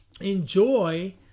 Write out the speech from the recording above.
Enjoy